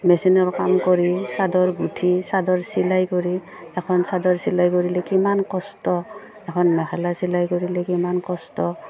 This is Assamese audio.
মেচিনৰ কাম কৰি চাদৰ গোঁঠি চাদৰ চিলাই কৰি এখন চাদৰ চিলাই কৰিলে কিমান কষ্ট এখন মেখেলা চিলাই কৰিলে কিমান কষ্ট